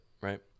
right